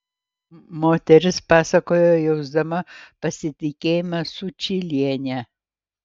moteris pasakojo jausdama pasitikėjimą sučyliene